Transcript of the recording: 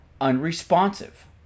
Unresponsive